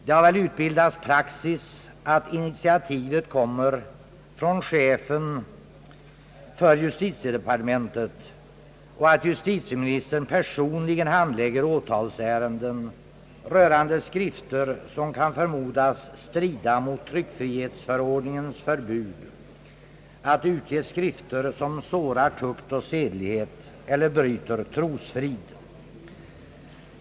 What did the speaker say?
Det har utbildats praxis, att initiativet kommer från chefen för justitiedepartementet och att han personligen handlägger åtalsärenden rörande skrifter som kan förmodas strida mot tryckfrihetsförordningens förbud att utge skrifter som sårar tukt och sedlighet eller bryter trosfrid.